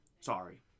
Sorry